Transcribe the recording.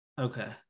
Okay